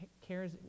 cares